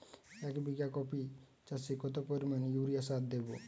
এক বিঘা কপি চাষে কত পরিমাণ ইউরিয়া সার দেবো?